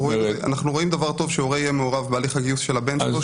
אנחנו רואים דבר טוב שהורה יהיה מעורב בהליך הגיוס של הבן שלו.